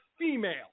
female